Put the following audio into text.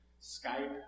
Skype